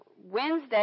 Wednesday